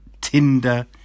Tinder